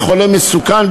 בטח, באים, כל הזמן.